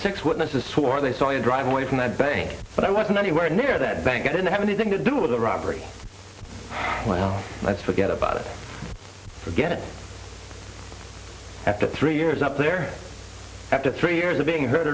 six witnesses swore they saw you drive away from that bank but i wasn't anywhere near that bank i didn't have anything to do with the robbery well let's forget about it forget it after three years up there after three years of being herd